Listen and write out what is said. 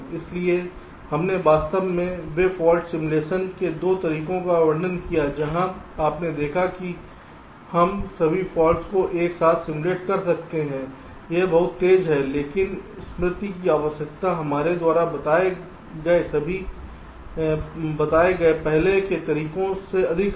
इसलिए हमने वास्तव में फाल्ट सिमुलेशन के 2 तरीकों का वर्णन किया है जहां आपने देखा है कि हम सभी फॉल्ट्स को एक साथ सिमुलेट कर सकते हैं यह बहुत तेज़ है लेकिन स्मृति की आवश्यकता हमारे द्वारा बताए गए पहले के तरीकों से अधिक है